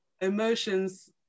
emotions